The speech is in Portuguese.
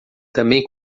também